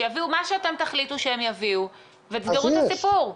שיביאו מה שאתם תחליטו שהם יביאו ותסגרו את הסיפור.